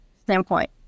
standpoint